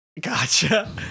Gotcha